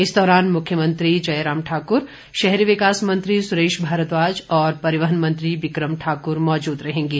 इस दौरान मुख्यमंत्री जयराम ठाक्र शहरी विकास मंत्री सुरेश भारद्वाज और परिवहन मंत्री बिक्रम ठाकुर मौजूद रहेंगे